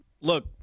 look –